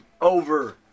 over